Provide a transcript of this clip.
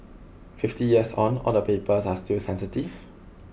fifty years on all the papers are still sensitive